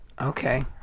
Okay